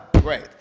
Great